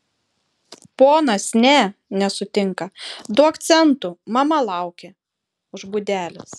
ponas ne nesutinka duok centų mama laukia už būdelės